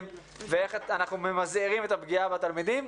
ואיך ממזערים את הפגיעה בתלמידים.